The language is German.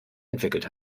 entwickelt